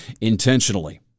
intentionally